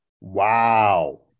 Wow